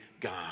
God